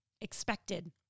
expected